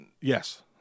Yes